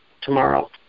tomorrow